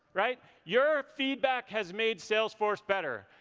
right. your feedback has made salesforce better.